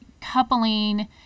coupling